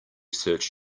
search